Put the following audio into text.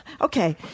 okay